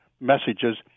messages